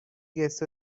گیتس